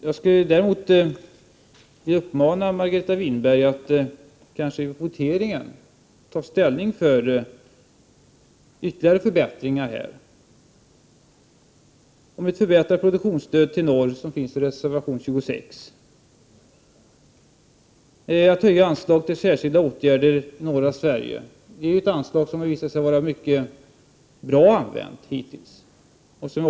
Jag skulle vilja uppmana Margareta Winberg att vid voteringen ta ställning för ytterligare förbättringar för Norrlandsjordbruket, t.ex. genom att rösta för reservation 26 om ett förbättrat produktionsstöd till Norrlandsjordbruket och för reservation 29 beträffande anslaget till särskilda åtgärder för jordbruket i norra Sverige. Det har visat sig att det anslaget hittills använts på ett mycket bra sätt.